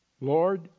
Lord